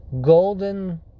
Golden